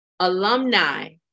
alumni